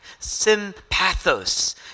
sympathos